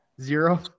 Zero